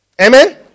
Amen